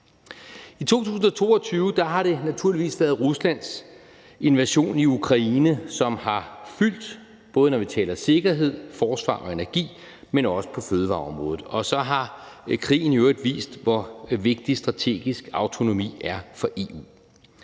I 2022 har det naturligvis været Ruslands invasion af Ukraine, som har fyldt, både når vi taler sikkerhed, forsvar og energi, men også på fødevareområdet, og så har krigen i øvrigt vist, hvor vigtig strategisk autonomi er for EU.